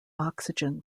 oxygen